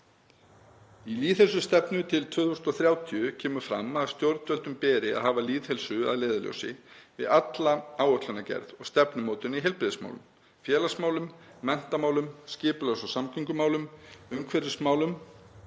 Í lýðheilsustefnu til 2030 kemur fram að stjórnvöldum beri að hafa lýðheilsu að leiðarljósi við alla áætlanagerð og stefnumótun í heilbrigðismálum, félagsmálum og menntamálum, skipulags- og samgöngumálum, umhverfismálum,